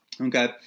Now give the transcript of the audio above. Okay